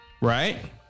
right